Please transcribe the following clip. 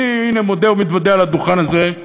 אני, הנה, מודה ומתוודה על הדוכן הזה: